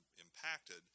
impacted